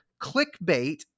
clickbait